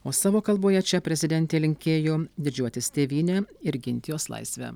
o savo kalboje čia prezidentė linkėjo didžiuotis tėvyne ir ginti jos laisvę